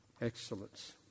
excellence